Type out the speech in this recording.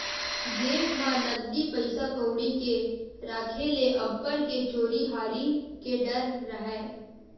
जेब म नकदी पइसा कउड़ी के राखे ले अब्बड़ के चोरी हारी के डर राहय